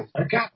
okay